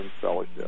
Fellowship